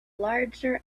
larger